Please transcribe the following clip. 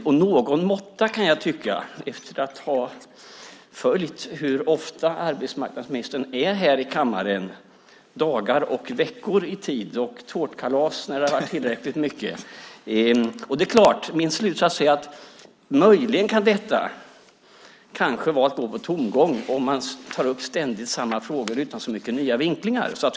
Någon måtta kan det vara, kan jag tycka efter att ha följt hur ofta arbetsmarknadsministern är här i kammaren - det är dagar och veckor i tid, och det är tårtkalas när det har blivit tillräckligt mycket. Möjligen kan detta kanske vara att gå på tomgång om man ständigt tar upp samma frågor utan så mycket nya vinklingar.